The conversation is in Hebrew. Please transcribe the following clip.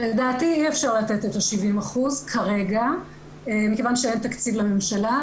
לדעתי אי אפשר לתת את ה-70% כרגע מכיוון שאין תקציב לממשלה,